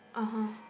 (uh huh)